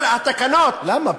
כל התקנות, למה?